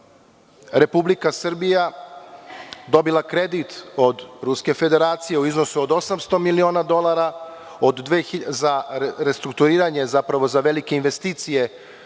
Republika Srbija dobila kredit od Ruske Federacije u iznosu od 800 miliona dolara za restrukturiranje, zapravo za velike investicije